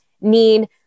need